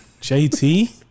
JT